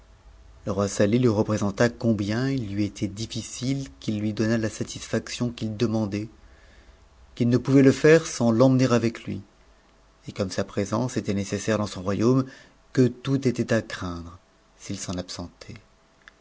le roi s tleh lui représenta combien il lui était difficile qu'il lui donnât la satisfaction qu'il demandait qu'il ne pouvait le fuire sans l'emmener avec et comme sa présence était nécessaire dans son royaume que tout cfai à craindre s'il s'en absentait